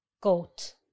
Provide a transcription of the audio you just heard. goat